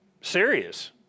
Serious